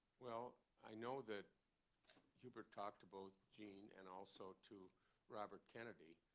well, i know that hubert talked to both gene and also to robert kennedy.